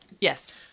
Yes